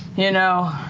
you know,